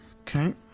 okay